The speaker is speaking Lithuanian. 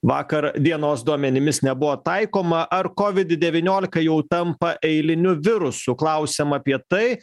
vakar dienos duomenimis nebuvo taikoma ar kovid devyniolika jau tampa eiliniu virusu klausiam apie tai